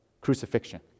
crucifixion